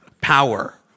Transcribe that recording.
power